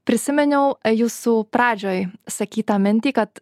prisiminiau jūsų pradžioj sakytą mintį kad